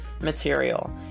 material